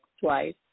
Twice